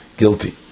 guilty